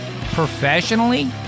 Professionally